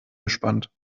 gespannt